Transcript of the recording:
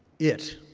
it,